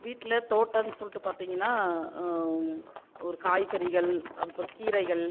வீட்டில் தோட்டம் சொல்லிட்டு பார்த்தீங்கன்னா ஒரு காய்கறிகள் அப்புறம் கீரைகள்